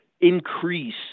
increase